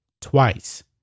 twice